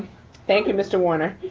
thank you, mr. warner.